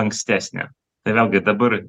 ankstesnė tai vėlgi dabar